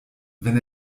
wenn